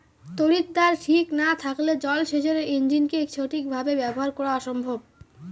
তড়িৎদ্বার ঠিক না থাকলে জল সেচের ইণ্জিনকে সঠিক ভাবে ব্যবহার করা অসম্ভব